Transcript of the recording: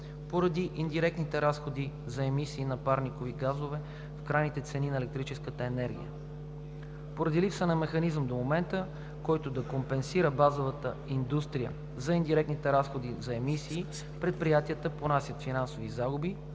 поради индиректните разходи за емисии на парникови газове в крайните цени на електрическата енергия. Поради липса на механизъм до момента, който да компенсира базовата индустрия за индиректните разходи за емисии, предприятията понасят финансови загуби,